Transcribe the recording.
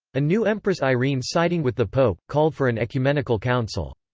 a new empress irene siding with the pope, called for an ecumenical council.